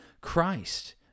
Christ